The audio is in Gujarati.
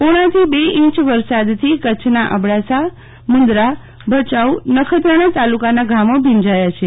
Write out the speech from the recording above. પોણાથી બે ઇંચ વરસાદથી કચ્છના અબડાસા મુન્દ્રા ભયાઉ નખત્રાણા તાલુકાના ગામો ભીંજાયા છે